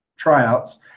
tryouts